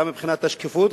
גם מבחינת השקיפות,